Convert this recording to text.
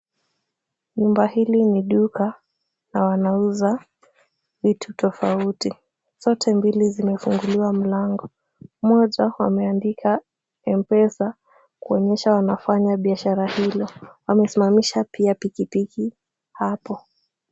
Nyumba hili ni duka nawanauza vitu tofauti. Zote mbili zimefunguliwa mlango. Moja wameandika mpesa kuonyesha wanafanya biashara hilo. Wamesimamisha pia pikipiki hapo.